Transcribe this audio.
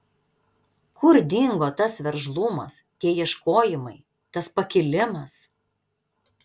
kur dingo tas veržlumas tie ieškojimai tas pakilimas